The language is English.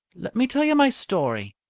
let me tell you my story.